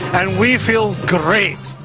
and we feel great!